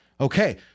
Okay